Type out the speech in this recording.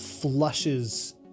flushes